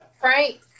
Frank